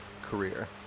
career